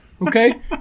okay